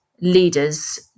leaders